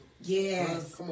Yes